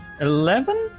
Eleven